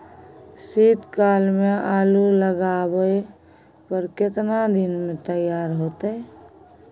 शीत काल में आलू लगाबय पर केतना दीन में तैयार होतै?